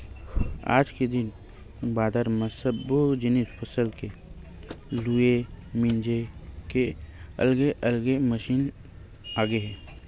आज के दिन बादर म सब्बो जिनिस फसल के लूए मिजे के अलगे अलगे मसीन आगे हे